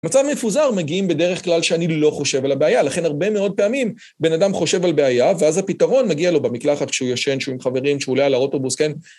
מצב מפוזר, מגיעים בדרך כלל שאני לא חושב על הבעיה, לכן הרבה מאוד פעמים בן אדם חושב על בעיה, ואז הפתרון מגיע לו במקלחת כשהוא ישן, כשהוא עם חברים, כשהוא עולה על האוטובוס, כן?